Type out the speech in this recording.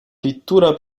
pittura